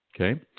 Okay